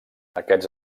aquests